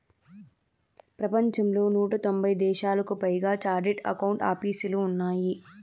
ప్రపంచంలో నూట తొంభై దేశాలకు పైగా చార్టెడ్ అకౌంట్ ఆపీసులు ఉన్నాయి